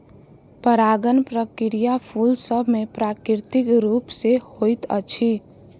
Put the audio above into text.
परागण प्रक्रिया फूल सभ मे प्राकृतिक रूप सॅ होइत अछि